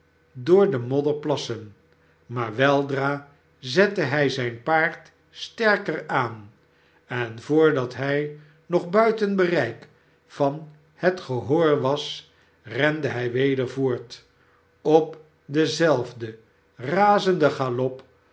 door den modder plassen maar weldra zette hij zijn paard sterker aan en voordat hij nog buiten bereik van het gehoor was rende hij weder voort op denzelfden razenden galop